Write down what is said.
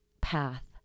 path